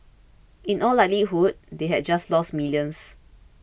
in all likelihood they had just lost millions